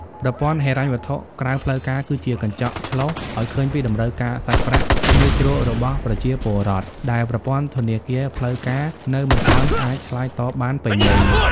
ប្រព័ន្ធហិរញ្ញវត្ថុក្រៅផ្លូវការគឺជា "កញ្ចក់ឆ្លុះ" ឱ្យឃើញពីតម្រូវការសាច់ប្រាក់ងាយស្រួលរបស់ប្រជាពលរដ្ឋ ដែលប្រព័ន្ធធនាគារផ្លូវការនៅមិនទាន់អាចឆ្លើយតបបានពេញលេញ។